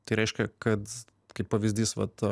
tai reiškia kad kaip pavyzdys vat